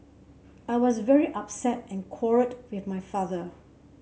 I was very upset and quarrelled with my father